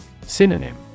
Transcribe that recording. Synonym